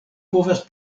povas